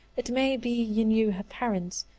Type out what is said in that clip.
it may be you knew her parents,